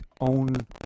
own